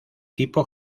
tipo